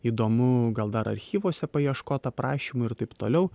įdomu gal dar archyvuose paieškot aprašymų ir taip toliau